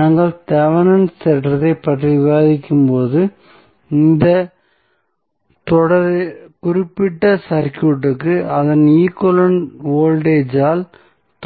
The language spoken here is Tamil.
நாங்கள் தெவெனினின் தேற்றத்தைப் பற்றி விவாதிக்கும்போது இந்த குறிப்பிட்ட சர்க்யூட்க்கு அதன் ஈக்விவலெண்ட் வோல்டேஜ் ஆல்